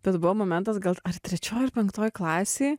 tas buvo momentas gal ar trečioj ar penktoj klasėj